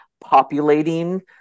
populating